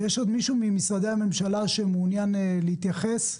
יש עוד מישהו ממשרדי הממשלה שרוצה להתייחס?